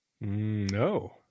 No